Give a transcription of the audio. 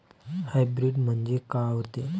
Hybrid म्हनजे का होते?